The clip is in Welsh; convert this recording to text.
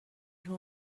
nhw